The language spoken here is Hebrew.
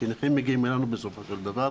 כי נכים מגיעים אלינו בסופו של דבר